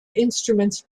instruments